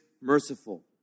merciful